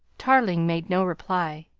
tarling made no reply.